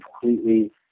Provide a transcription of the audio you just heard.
completely